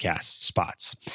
spots